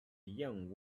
young